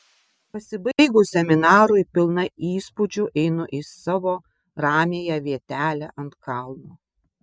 pasibaigus seminarui pilna įspūdžių einu į savo ramiąją vietelę ant kalno